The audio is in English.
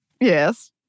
Yes